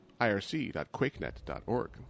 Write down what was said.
irc.quakenet.org